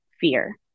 fear